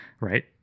right